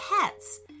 pets